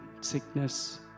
sickness